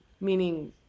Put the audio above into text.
meaning